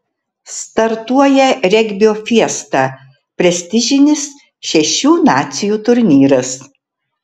startuoja regbio fiesta prestižinis šešių nacijų turnyras